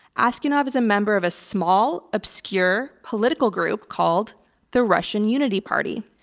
aksyonov is a member of a small, obscure political group called the russian unity party,